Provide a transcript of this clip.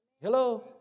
Hello